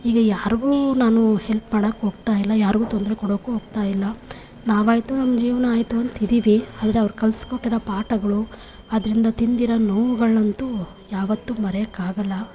ಈಗ ಯಾರಿಗೂ ನಾನು ಹೆಲ್ಪ್ ಮಾಡೋಕ್ಕೋಗ್ತಾಯಿಲ್ಲ ಯಾರಿಗೂ ತೊಂದರೆ ಕೊಡೋಕು ಹೋಗ್ತಾಯಿಲ್ಲ ನಾವಾಯಿತು ನಮ್ಮ ಜೀವನ ಆಯಿತು ಅಂತಿದೀವಿ ಆದರೆ ಅವ್ರು ಕಲಿಸ್ಕೊಟ್ಟಿರೋ ಪಾಠಗಳು ಅದರಿಂದ ತಿಂದಿರೋ ನೋವುಗಳನ್ನಂತೂ ಯಾವತ್ತೂ ಮರೆಯೋಕ್ಕಾಗಲ್ಲ